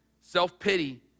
Self-pity